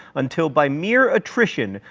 until by mere attrition,